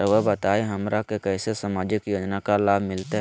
रहुआ बताइए हमरा के कैसे सामाजिक योजना का लाभ मिलते?